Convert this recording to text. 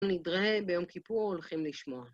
כל נדרי ביום כיפור, הולכים לשמוע.